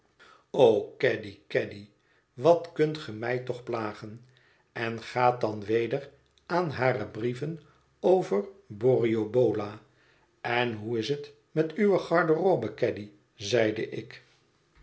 o caddy caddy wat kunt ge mij toch plagen en gaat dan weder aan hare brieven over borrioboola en hoe is het met uwe garderobe caddy zeide ik